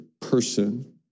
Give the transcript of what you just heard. person